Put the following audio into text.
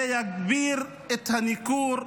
זה יגביר את הניכור,